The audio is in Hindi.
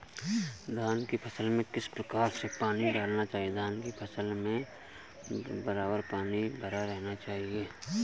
धान की फसल में किस प्रकार से पानी डालना चाहिए?